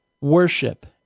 Worship